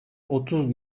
otuz